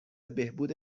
بهبود